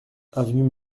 avenue